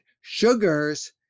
sugars